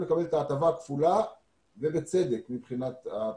לקבל את ההטבה הכפולה ובצדק מבחינת התוכנית.